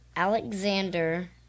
Alexander